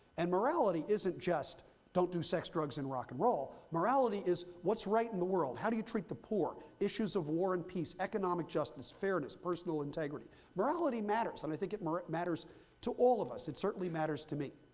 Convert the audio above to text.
and morality isn't just don't do sex, drugs, and rock and roll. morality is what's right in the world, how do you treat the poor, issues of war and peace, economic justice, fairness, personal integrity. morality matters. and i think it matters to all of us. it certainly matters to me.